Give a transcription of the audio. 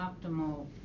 optimal